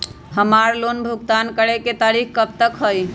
हमार लोन भुगतान करे के तारीख कब तक के हई?